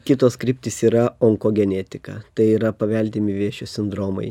kitos kryptys yra onkogenetika tai yra paveldimi vėžio sindromai